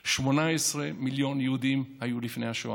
18 מיליון יהודים היו לפני השואה.